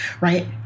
right